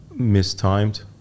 mistimed